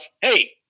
hey